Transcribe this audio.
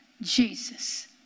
Jesus